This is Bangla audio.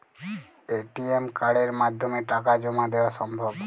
এ.টি.এম কার্ডের মাধ্যমে টাকা জমা দেওয়া সম্ভব?